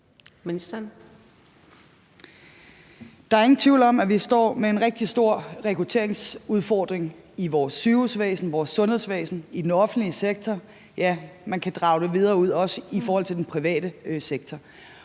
Der er ingen tvivl om, at vi står med en rigtig stor rekrutteringsudfordring i vores sygehusvæsen, vores sundhedsvæsen, i den offentlige sektor, ja, man kan føre det videre ud også i forhold til den private sektor.